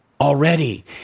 already